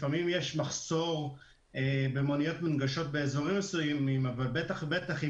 לפעמים יש מחסור במוניות מונגשות באזורים מסוימים אבל בטח ובטח אם